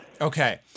Okay